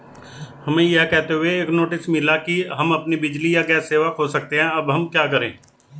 हमें यह कहते हुए एक नोटिस मिला कि हम अपनी बिजली या गैस सेवा खो सकते हैं अब हम क्या करें?